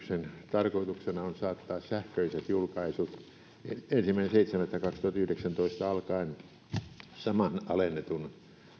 on saattaa sähköiset julkaisut ensimmäinen seitsemättä kaksituhattayhdeksäntoista alkaen saman alennetun